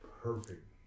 perfect